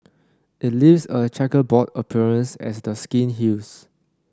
it leaves a chequerboard appearance as the skin heals